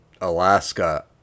Alaska